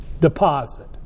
deposit